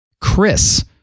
Chris